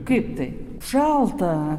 kaip tai šalta